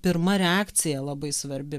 pirma reakcija labai svarbi